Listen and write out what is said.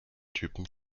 typen